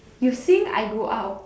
you sing I go out